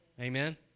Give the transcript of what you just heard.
Amen